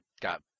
got